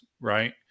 Right